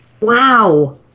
Wow